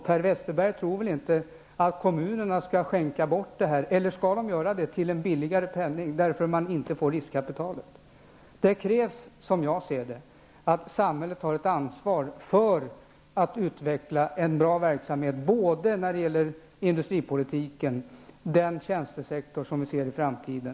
Per Westerberg tror väl inte att kommuner skänker bort sådana tillgångar? Eller skall de överlåta dem till en billigare penning eftersom man inte får riskkapitalet? Som jag ser det krävs det att samhället tar ett ansvar för att utveckla en bra verksamhet när det gäller både industripolitiken och den tjänstesektor som vi ser i framtiden.